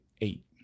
eight